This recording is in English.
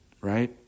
right